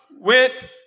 went